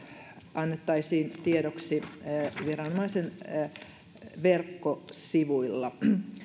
annettaisiin tiedoksi viranomaisen verkkosivuilla